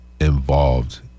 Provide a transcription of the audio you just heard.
involved